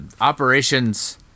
operations